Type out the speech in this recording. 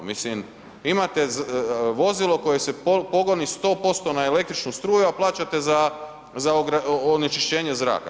Imate vozilo koje se pogoni 100% na električnu struju, a plaćate za onečišćenje zraka.